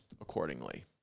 accordingly